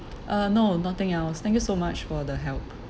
uh no nothing else thank you so much for the help